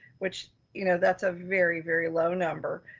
which you know, that's a very, very low number.